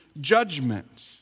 judgment